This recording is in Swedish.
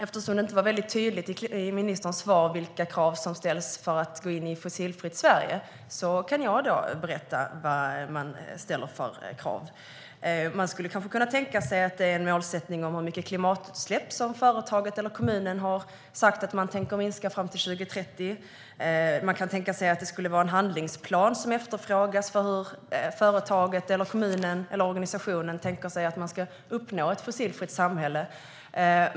Eftersom det inte var tydligt i ministerns svar vilka krav som ställs för att gå med i Fossilfritt Sverige kan jag berätta vilka de är. Det skulle kunna vara en målsättning för med hur mycket företaget eller kommunen säger att de tänker minska sina klimatutsläpp fram till 2030. Det skulle kunna vara att en handlingsplan efterfrågas för hur företaget, kommunen eller organisationen tänker sig att man ska uppnå ett fossilfritt samhälle.